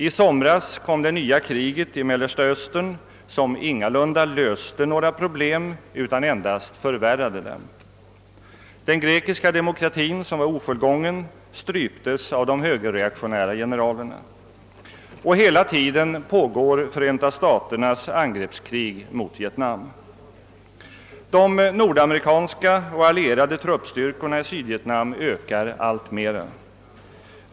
I somras kom det nya kriget i Mellersta Östern som ingalunda löste några problem, utan endast förvärrade dem. Den grekiska demokratin som var ofullgången stryptes av de högerreaktionära generalerna. Och hela tiden pågår Förenta staternas angreppskrig mot Vietnam. De nordamerikanska och allierade truppstyrkorna i Sydvietnam ökar alltmera.